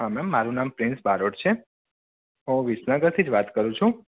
હા મેમ મારું નામ પ્રિન્સ બારોટ છે હું વિસનગરથી જ વાત કરું છું